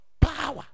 Power